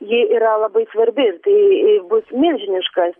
ji yra labai svarbi ir tai bus milžiniškas